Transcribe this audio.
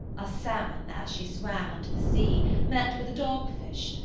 a salmon, as she swam unto the sea. met with a dog-fish,